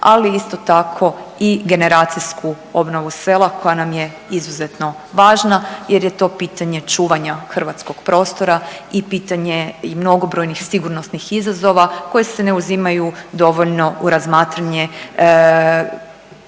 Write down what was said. ali isto tako i generacijsku obnovu sela koja nam je izuzetno važna jer je to pitanje čuvanja hrvatskog prostora i pitanje i mnogobrojnih sigurnosnih izazova koje se ne uzimaju dovoljno u razmatranje